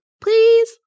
please